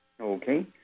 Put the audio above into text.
Okay